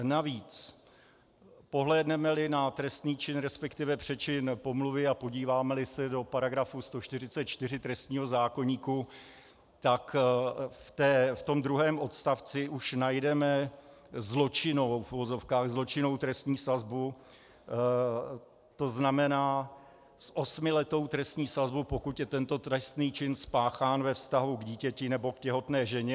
Navíc pohlédnemeli na trestný čin, resp. přečin pomluvy, a podívámeli se do § 144 trestního zákoníku, tak v druhém odstavci už najdeme zločinnou, v uvozovkách zločinnou, trestní sazbu, to znamená osmiletou trestní sazbu, pokud je tento trestný čin spáchán ve vztahu k dítěti nebo těhotné ženě.